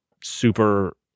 super